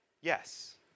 yes